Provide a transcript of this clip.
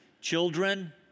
children